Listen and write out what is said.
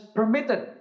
permitted